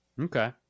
Okay